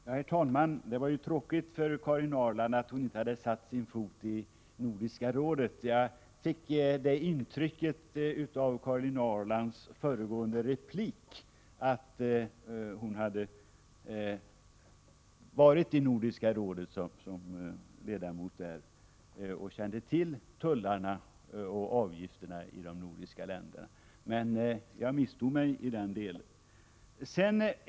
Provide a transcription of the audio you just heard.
Herr talman! Det var tråkigt för Karin Ahrland att hon inte hade satt sin fot i Nordiska rådet. Jag fick intrycket av Karin Ahrlands föregående replik att hon hade varit i Nordiska rådet som ledamot och kände till tullarna och avgifterna i de nordiska länderna. Men jag misstog mig i den delen.